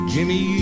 Jimmy